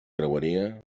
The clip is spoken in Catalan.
creueria